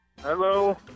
Hello